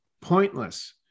pointless